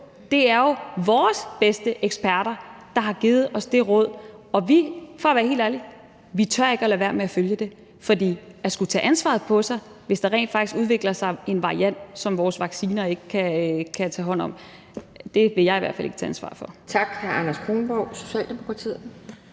Det er jo vores bedste eksperter, der har givet os det råd, og vi, for at være helt ærlig, tør ikke at lade være med at følge det, for hvis der rent faktisk udvikler sig en variant, som vores vacciner ikke kan tage hånd om, vil jeg i hvert fald ikke tage ansvaret for